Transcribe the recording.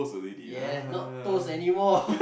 yes not toes anymore